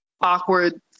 awkward